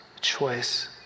choice